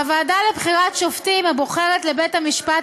והוועדה לבחירת שופטים הבוחרת לבית-המשפט